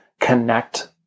connect